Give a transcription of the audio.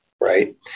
right